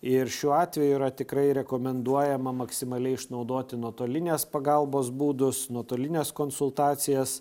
ir šiuo atveju yra tikrai rekomenduojama maksimaliai išnaudoti nuotolinės pagalbos būdus nuotolines konsultacijas